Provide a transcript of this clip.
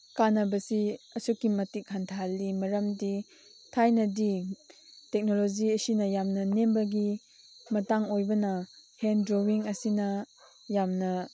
ꯀꯥꯟꯅꯕꯁꯤ ꯑꯁꯨꯛꯀꯤ ꯃꯇꯤꯛ ꯍꯟꯊꯍꯜꯂꯤ ꯃꯔꯝꯗꯤ ꯊꯥꯏꯅꯗꯤ ꯇꯦꯛꯅꯣꯂꯣꯖꯤ ꯑꯁꯤꯅ ꯌꯥꯝꯅ ꯅꯦꯝꯕꯒꯤ ꯃꯇꯥꯡ ꯑꯣꯏꯕꯅ ꯍꯦꯟ ꯗ꯭ꯔꯣꯋꯤꯡ ꯑꯁꯤꯅ ꯌꯥꯝꯅ